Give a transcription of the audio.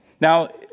Now